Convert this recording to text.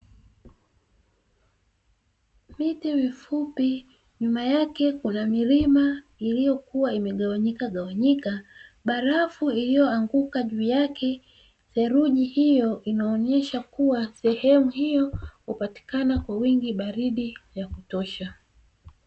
Miti mifupi nyuma yake kuna milima iliyokuwa imegawanyika gawanyika barafu iliyoanguka juu yake, theluji hiyo inaonesha kuwa sehemu hiyo hupatikana kwa wingi baridi ya kutosha.